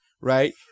right